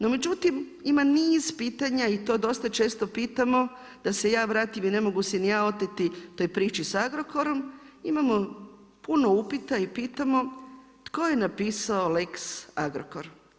No međutim, ima niz pitanja i to dosta često pitamo da se ja vratim, ne mogu se ni ja oteti toj priči sa Agrokorom, imamo puno upita i pitamo tko je napisao Lex Agrokor?